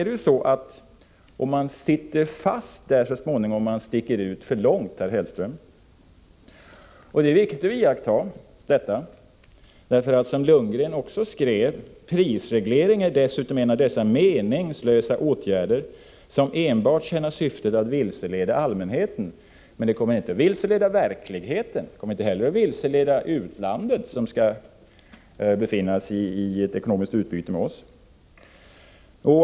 Men sticker göken ut för långt, herr Hellström, sitter den så småningom fast där. Det är viktigt att iaktta detta för, som Lundgren också skrev, ”prisreglering är dessutom en av dessa meningslösa åtgärder som enbart tjänar syftet att vilseleda allmänheten”. Men det kommer inte att vilseleda verkligheten. Det kommer inte heller att vilseleda utlandet som skall ha ett ekonomiskt utbyte med oss.